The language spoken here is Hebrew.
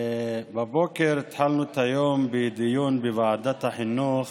בבוקר התחלנו את היום בדיון בוועדת החינוך